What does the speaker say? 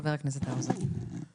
חה"כ האוזר, בבקשה.